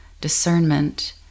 discernment